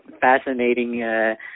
fascinating